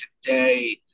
today